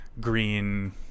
green